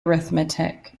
arithmetic